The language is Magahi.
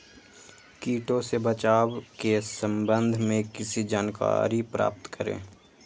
किटो से बचाव के सम्वन्ध में किसी जानकारी प्राप्त करें?